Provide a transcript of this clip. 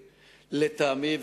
לטעמי,